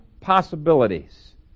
possibilities